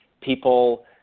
people